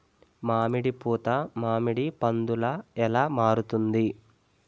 మామిడి పూత మామిడి పందుల ఎలా మారుతుంది?